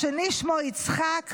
השני שמו יצחק,